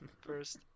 first